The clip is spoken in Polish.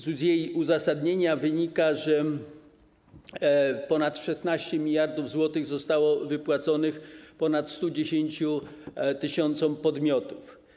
Z jej uzasadnienia wynika, że ponad 16 mld zł zostało wypłaconych ponad 110 tys. podmiotów.